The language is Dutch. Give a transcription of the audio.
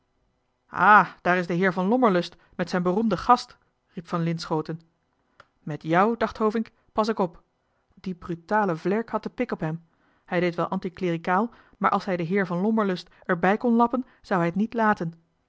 daar is de heer van lommerlust met zijn beroemde gast riep van linschooten met jou dacht hovink pas ik op die brutale vlerk had de pik op hem hij deed wel anti clericaal maar als hij den heer van lommerlust er bij kon lappen zou hij het niet laten